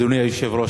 אדוני היושב-ראש,